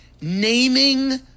naming